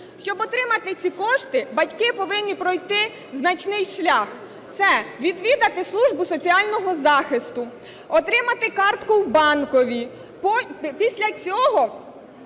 Щоб отримати ці кошти, батьки повинні пройти значний шлях. Це: відвідати службу соціального захисту, отримати картку в банку, після цього